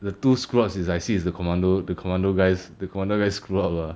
the two screw ups is I see is the commando the commando guys the commando guys screw up lah